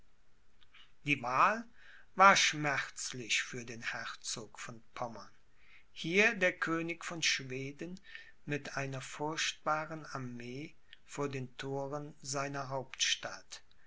die wahl war schmerzlich für den herzog von pommern hier der könig von schweden mit einer furchtbaren armee vor den thoren seiner hauptstadt